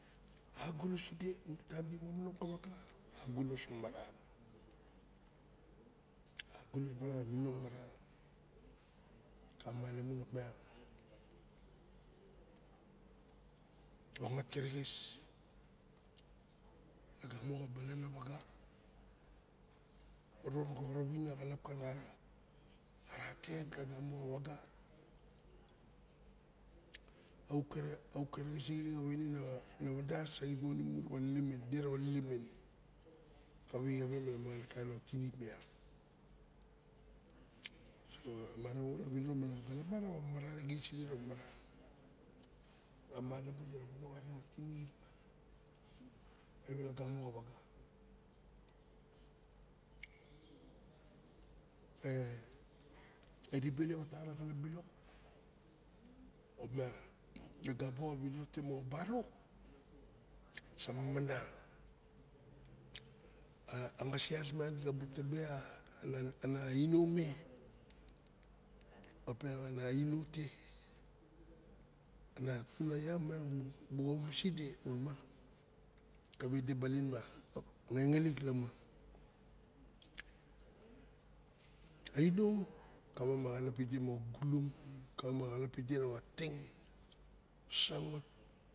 Aguloside taim di momonong kawaga agulos maran. Angulos ma mininang maran kamalamun opiang ongat kerexes lagamo xa balan awaga ron koxorop win a xalop ka ra tet lagawo xa waga auk kerexes lixilik na wandas saxitmon imu rawa limen kawa ixawe na mangana kain tinip miang so mara winiro ma ra xalap ma rawa omamaran a xinis side rawa maran e xama lamundiraba manong arixem a tirip a evi lagamo xa waga e ribe lep a taraxalap bilok opiang lagamo xa winiro te mo barrok samamana. A ngas ias miang tibu tibe ana ino me opiang ana inute ana tun a ia miang moxa omaside kave de balin ma ngenelik lamun aino kawa ma xalap pide moxa gulum ide rawa teng sangot